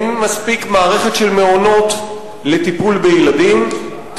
אין מספיק מערכת של מעונות לטיפול בילדים,